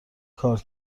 کار